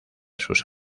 sus